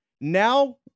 Now